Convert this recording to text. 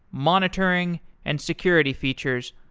monitoring and security features,